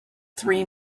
three